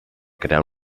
crear